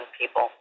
people